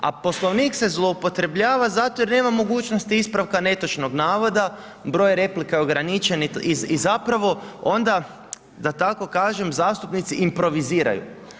A Poslovnik se zloupotrebljava zato jer nema mogućnosti ispravka netočnog navoda, broj replika je ograničen i zapravo onda da tako kažem zastupnici improviziraju.